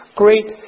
great